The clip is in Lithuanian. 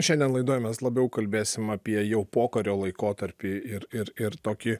šiandien laidoj mes labiau kalbėsim apie jau pokario laikotarpį ir ir ir tokį